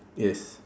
yes